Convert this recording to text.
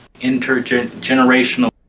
intergenerational